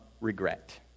regret